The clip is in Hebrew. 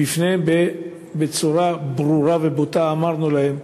בפניהם, בצורה ברורה ובוטה, אמרנו להם: